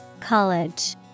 College